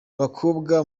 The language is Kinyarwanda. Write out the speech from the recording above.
bakobwa